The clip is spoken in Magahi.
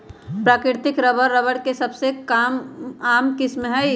प्राकृतिक रबर, रबर के सबसे आम किस्म हई